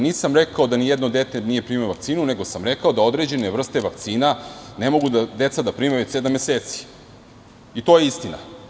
Nisam rekao da nijedno dete nije primilo vakcinu, nego sam rekao da određene vrste vakcina ne mogu deca da prime već sedam meseci i to je istina.